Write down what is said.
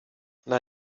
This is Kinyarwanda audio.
nta